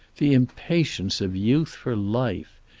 the impatience of youth for life!